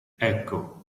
ecco